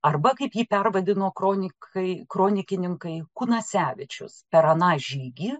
arba kaip jį pervadino kronikai kronikininkai kunasevičius per aną žygį